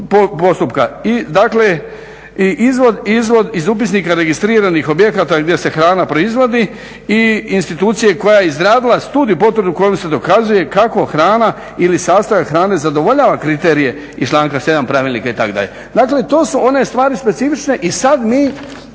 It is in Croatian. postupka. I dakle i izvod iz Upisnika registriranih objekata gdje se hrana proizvodi i institucije koja je izradila studij potvrdu kojom se dokazuje kako hrana ili sastojak hrane zadovoljava kriterije iz članka 7. Pravilnika itd.. Dakle, to su one stvari specifične i sada mi